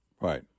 Right